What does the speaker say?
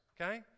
Okay